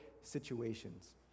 situations